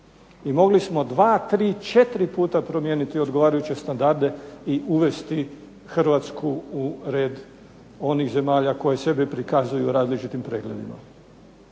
i mogli smo 2,3,4 puta promijeniti odgovarajuće standarde i uvesti Hrvatsku u red onih zemalja koje sebe prikazuju različitim pregledima.